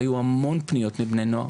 והיו המון פניות מבני נוער.